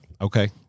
okay